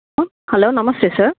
hello namaste sir